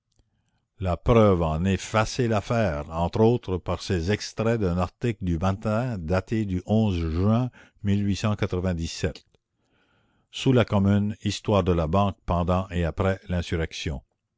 la preuve en est facile à faire entre autres par ces extraits d'un article du matin daté du juin ous la commune histoire de la banque pendant et après l'insurrection